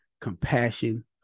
compassion